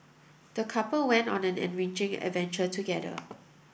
the couple went on an enriching adventure together